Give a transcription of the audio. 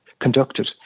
conducted